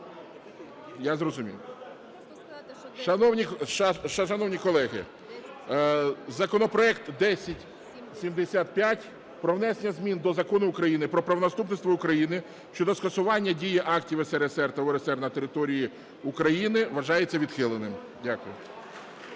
Я зрозумів. Шановні колеги, законопроект 1075 про внесення змін до Закону України "Про правонаступництво України" щодо скасування дії актів СРСР та УРСР на території України вважається відхиленим. Дякую.